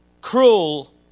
Cruel